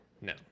no